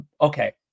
Okay